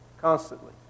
constantly